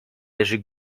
leży